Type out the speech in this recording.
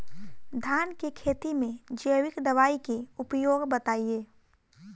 धान के खेती में जैविक दवाई के उपयोग बताइए?